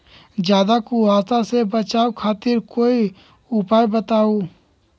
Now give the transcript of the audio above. ज्यादा कुहासा से बचाव खातिर कोई उपाय बताऊ?